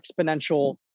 exponential